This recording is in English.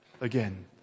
again